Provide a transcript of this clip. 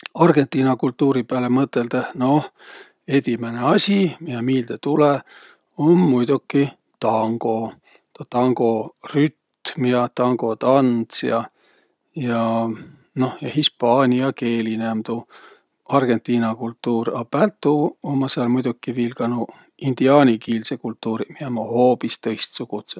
Argõntiina kultuuri pääle mõtõldöh, noh, edimäne asi, miä miilde tulõ, um muidoki tango. Tuu tango rütm ja tango tands ja. Noh ja hispaaniakeeline um tuu argõntiina kultuur. A päält tuu ummaq sääl muidoki viil ka nuuq indiaanikiilseq kultuuriq, miä ummaq hoobis tõistsugudsõq.